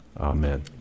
Amen